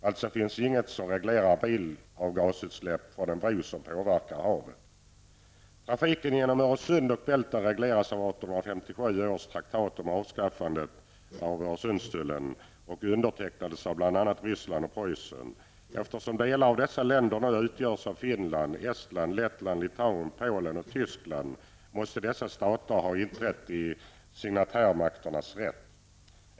Alltså finns inget som reglerar bilgasutsläpp från en bro som påverkar havet. Preussen. Eftersom delar av dessa länder nu utgörs av Finland, Estland, Lettland, Litauen, Polen och Tyskland, måste dessa stater ha inträtt i signatärmakternas rätt.